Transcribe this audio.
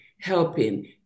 helping